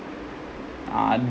uh